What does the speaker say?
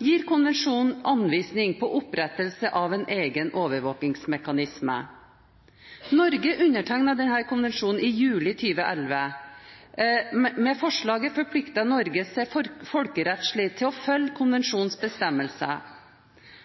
gir konvensjonen anvisning på opprettelse av en egen overvåkingsmekanisme. Norge undertegnet denne konvensjonen i juli 2011. Med forslaget forplikter Norge seg folkerettslig til å følge konvensjonens bestemmelser.